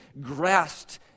grasped